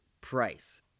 price